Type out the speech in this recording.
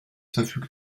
verfügt